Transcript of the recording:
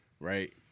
right